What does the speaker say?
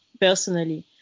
personally